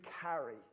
carry